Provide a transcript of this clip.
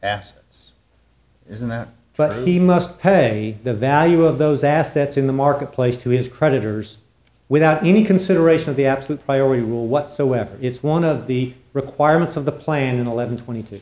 ass isn't that but he must pay the value of those assets in the market place to his creditors without any consideration of the absolute priority rule whatsoever it's one of the requirements of the plan eleven twenty two